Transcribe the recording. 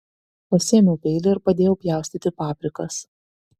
pasiėmiau peilį ir padėjau pjaustyti paprikas